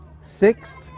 sixth